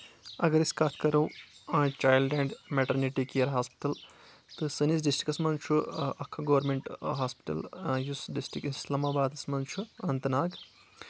اگر أسۍ کَتھ کرو child and maternity care hospital تہٕ سٲنِس ڈِسٹرکس منٛز چھُ اکھ گورمینٹ ہاسپِٹل یُس ڈِسٹرک اَسلام آبادس منٛز چھُ اننت ناگ